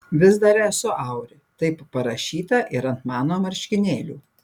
vis dar esu auri taip parašyta ir ant mano marškinėlių